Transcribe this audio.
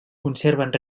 conserven